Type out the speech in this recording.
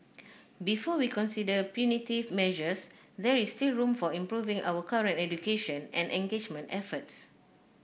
before we consider punitive measures there is still room for improving our current education and engagement efforts